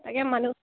তাকে মানুহ